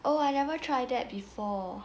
oh I never try that before